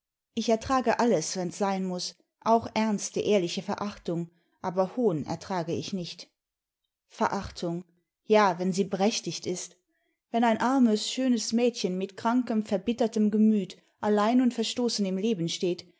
ich ertrage alles wenn's sein muß auch ernste ehrliche verachtung aber hohn ertrage ich nicht verachtimg ja wenn sie berechtigt ist wenn ein armes schönes mädchen mit krankem verbittertem gemüt allein und verstoßen im leben steht